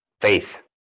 Faith